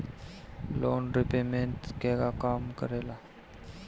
Loan repayment केगा काम करेला?